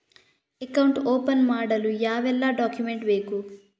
Account open ಮಾಡಲು ಯಾವೆಲ್ಲ document ಬೇಕು?